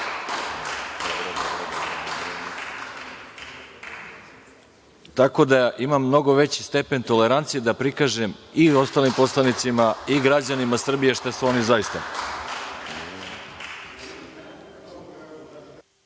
Tako da imam mnogo veći stepen tolerancije da prikažem i ostalim poslanicima i građanima Srbije šta su oni zaista. Inače,